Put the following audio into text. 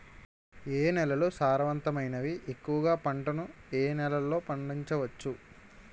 ఏ నేలలు సారవంతమైనవి? ఎక్కువ గా పంటలను ఏ నేలల్లో పండించ వచ్చు?